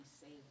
saved